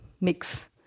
mix